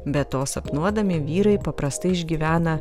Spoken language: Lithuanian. be to sapnuodami vyrai paprastai išgyvena